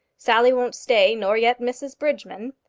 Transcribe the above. sally won't stay, nor yet mrs bridgeman.